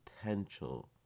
potential